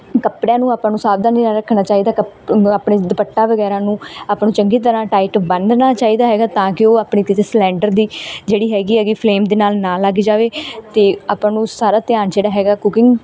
ਕੱਪੜਿਆਂ ਨੂੰ ਆਪਾਂ ਨੂੰ ਸਾਵਧਾਨੀ ਨਾਲ ਰੱਖਣਾ ਚਾਹੀਦਾ ਕੱਪ ਆਪਣੇ ਦੁਪੱਟਾ ਵਗੈਰਾ ਨੂੰ ਆਪਾਂ ਨੂੰ ਚੰਗੀ ਤਰ੍ਹਾਂ ਟਾਈਟ ਬੰਨ੍ਹਣਾ ਚਾਹੀਦਾ ਹੈਗਾ ਤਾਂ ਕਿ ਉਹ ਆਪਣੀ ਤੇ ਤੇ ਸਲਿੰਡਰ ਦੀ ਜਿਹੜੀ ਹੈਗੀ ਹੈਗੀ ਫਲੇਮ ਦੇ ਨਾਲ ਨਾ ਲੱਗ ਜਾਵੇ ਅਤੇ ਆਪਾਂ ਨੂੰ ਸਾਰਾ ਧਿਆਨ ਜਿਹੜਾ ਹੈਗਾ ਕੁਕਿੰਗ